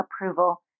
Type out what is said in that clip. approval